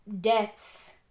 deaths